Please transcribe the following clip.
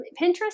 Pinterest